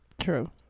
true